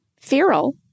Feral